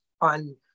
on